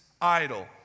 idol